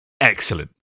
excellent